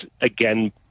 again